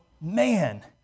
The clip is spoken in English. man